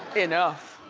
enough.